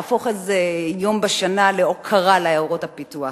להפוך את היום הזה בשנה להוקרה לעיירות הפיתוח.